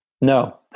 No